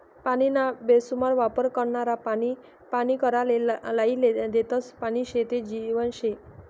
पानीना बेसुमार वापर करनारा पानी पानी कराले लायी देतस, पानी शे ते जीवन शे